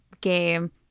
game